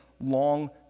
long